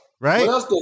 right